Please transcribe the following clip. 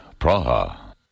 Praha